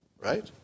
right